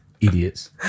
idiots